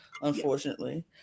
unfortunately